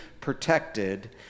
protected